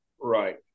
Right